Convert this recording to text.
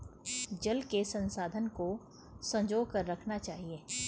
जल के संसाधन को संजो कर रखना चाहिए